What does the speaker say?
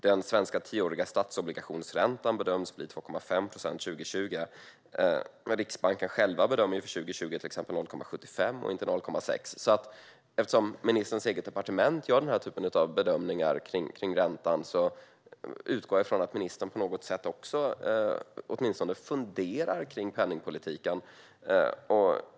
Den svenska tioåriga statsobligationsräntan bedöms bli 2,5 procent 2020." Men Riksbanken själv gör för 2020 bedömningen 0,75 procent och inte 0,6. Eftersom ministerns eget departement gör den här typen av bedömningar kring räntan utgår jag från att ministern på något sätt också åtminstone funderar kring penningpolitiken.